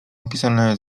opisane